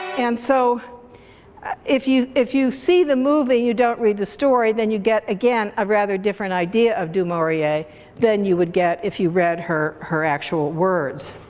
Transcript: and so if you if you see the movie and you don't read the story then you get again a rather different idea of du maurier than you would get if you read her her actual words.